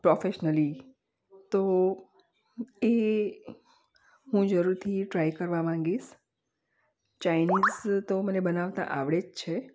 professionally તો એ હું જરૂરથી ટ્રાય કરવા માગીશ ચાઇનીઝ તો મને બનાવતા આવડે જ છે